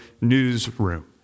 newsroom